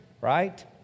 right